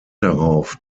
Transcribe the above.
darauf